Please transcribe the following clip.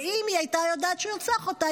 ואם היא הייתה יודעת שהוא ירצח אותה,